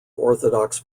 orthodox